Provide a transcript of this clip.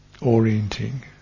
orienting